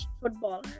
footballer